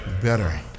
Better